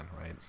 right